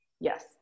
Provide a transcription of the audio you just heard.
yes